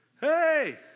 hey